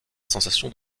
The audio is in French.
sensation